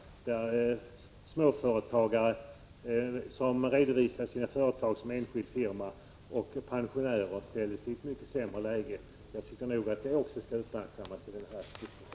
Småföretagare, som redovisar sina företag som enskilda firmor, och pensionärer ställdes i ett mycket sämre läge. Jag tycker att också detta skall uppmärksammas i denna diskussion.